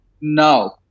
No